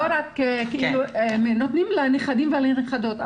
מאפשרים לנכדים ולנכדות,